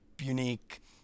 unique